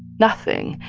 nothing.